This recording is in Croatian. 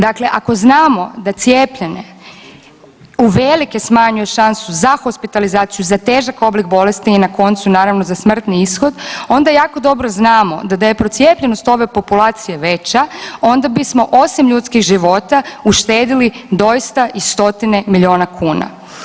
Dakle, ako znamo da cijepljenje uvelike smanjuje šansu za hospitalizaciju, za težak oblik bolesti i na koncu naravno za smrtni ishod onda jako dobro znamo da je procijepljenost ove populacije veća onda bismo osim ljudskih života uštedili doista i stotine milijuna kuna.